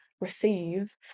receive